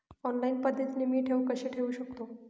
Online पद्धतीने मी ठेव कशी ठेवू शकतो?